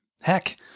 Heck